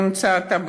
מכהנת כמה חודשים,